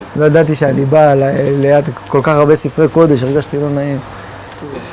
לא ידעתי שאני בא ליד כל כך הרבה ספרי קודש, הרגשתי לא נעים